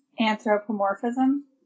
Anthropomorphism